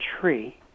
tree